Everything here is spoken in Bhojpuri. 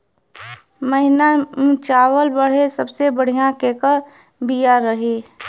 महीन चावल बदे सबसे बढ़िया केकर बिया रही?